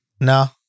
No